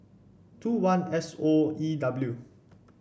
two one S O E W